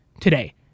today